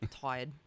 tired